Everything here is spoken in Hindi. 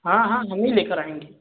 हाँ हाँ हम ही ले कर आएँगे